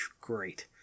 great